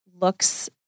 looks